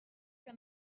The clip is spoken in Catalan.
que